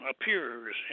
appears